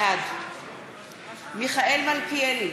בעד מיכאל מלכיאלי,